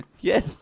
Yes